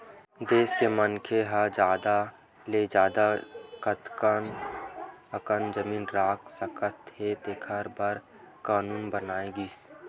देस के मनखे ह जादा ले जादा कतना अकन जमीन राख सकत हे तेखर बर कान्हून बनाए गिस